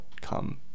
come